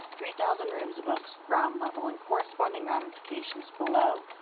three thousand rooms above ground level, and corresponding ramifications below.